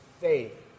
faith